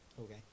Okay